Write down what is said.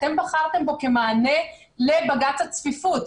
אתם בחרתם בו כמענה לבג"צ הצפיפות,